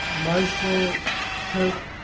marshall kirkpatrick.